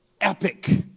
epic